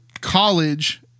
college